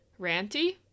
ranty